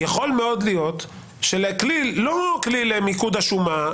יכול מאוד להיות שלא כלי למיקוד השומה,